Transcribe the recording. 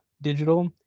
digital